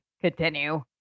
continue